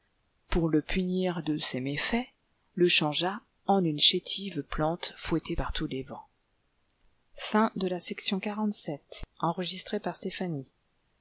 pour le punir de ses méfaits le changea en une chétive plante fouettée par tous les vents